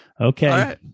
okay